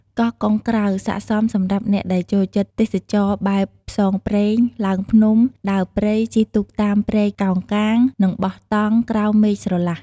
កោះកុងក្រៅស័ក្តិសមសម្រាប់អ្នកដែលចូលចិត្តទេសចរណ៍បែប ផ្សងព្រេង ឡើងភ្នំ ដើរព្រៃ ជិះទូកតាមព្រែកកោងកាង និងបោះតង់ ក្រោមមេឃស្រឡះ។